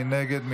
מי נגד?